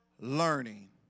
learning